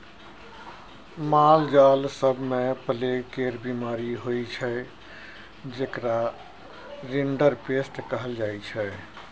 मालजाल सब मे प्लेग केर बीमारी होइ छै जेकरा रिंडरपेस्ट कहल जाइ छै